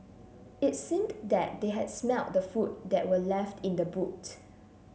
it seemed that they had smelt the food that were left in the boot